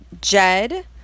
Jed